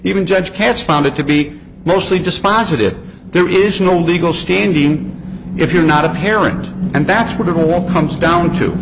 even judge katz found it to be mostly dispositive there is no legal standing if you're not a parent and that's what it all comes down to